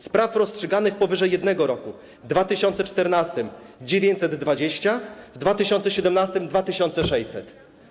Spraw rozstrzyganych powyżej 1 roku w 2014 r. - 920, w 2017 r. - 2600.